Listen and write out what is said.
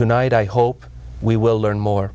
tonight i hope we will learn more